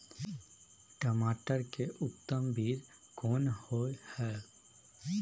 टमाटर के उत्तम बीज कोन होय है?